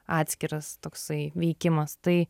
atskiras toksai veikimas tai